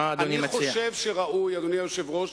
אדוני היושב-ראש,